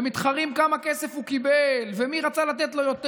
ומתחרים כמה כסף הוא קיבל ומי רצה לתת לו יותר.